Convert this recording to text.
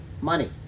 money